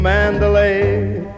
Mandalay